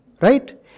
right